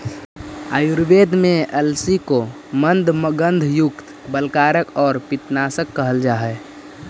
आयुर्वेद में अलसी को मन्दगंधयुक्त, बलकारक और पित्तनाशक कहल जा हई